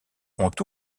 ont